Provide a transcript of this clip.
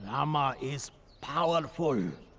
rama is powerful.